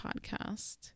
podcast